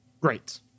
Great